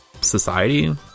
society